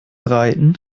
reiten